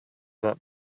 that